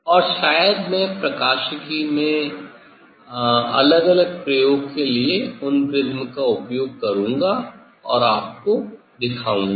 और शायद मैं प्रकाशिकी में अलग अलग प्रयोग के लिए उन प्रिज्म का उपयोग करूंगा और आपको दिखाऊंगा